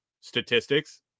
statistics